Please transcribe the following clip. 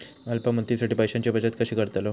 अल्प मुदतीसाठी पैशांची बचत कशी करतलव?